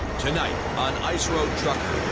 tonight, on ice road truckers.